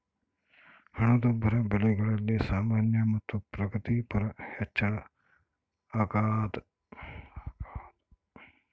ಹಣದುಬ್ಬರ ಬೆಲೆಗಳಲ್ಲಿ ಸಾಮಾನ್ಯ ಮತ್ತು ಪ್ರಗತಿಪರ ಹೆಚ್ಚಳ ಅಗ್ಯಾದ